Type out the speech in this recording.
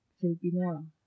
Filipino